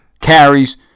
carries